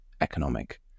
economic